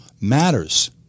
matters